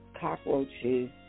cockroaches